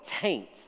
taint